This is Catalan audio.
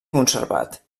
conservat